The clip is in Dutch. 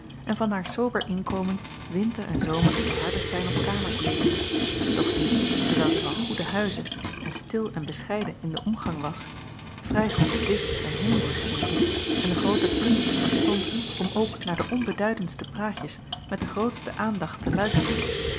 en van haar sober inkomen winter en zomer te ardestein op kamers levende doch die dewijl zij van goeden huize en stil en bescheiden in den omgang was vrij goed whist en hombre speelde en de groote kunst verstond om ook naar de onbeduidendste praatjes met de grootste aandacht te luisteren